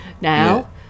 now